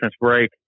break